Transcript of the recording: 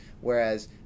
whereas